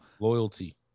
Loyalty